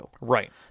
right